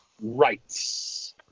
Right